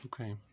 Okay